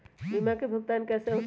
बीमा के भुगतान कैसे होतइ?